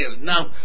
now